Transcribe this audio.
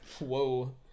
Whoa